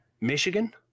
Michigan